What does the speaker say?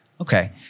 okay